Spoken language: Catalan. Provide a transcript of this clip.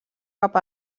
cap